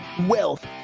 wealth